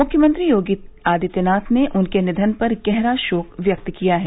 मुख्यमंत्री योगी आदित्यनाथ ने उनके निधन पर गहरा शोक व्यक्त किया है